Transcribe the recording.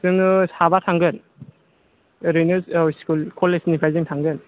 जोङो साबा थांगोन ओरैनो औ स्कुल कलेजनिफ्राइ जों थांगोन